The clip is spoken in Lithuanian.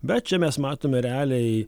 bet čia mes matome realiai